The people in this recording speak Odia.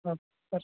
ହଁ ସାର୍